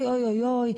אוי,